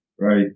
right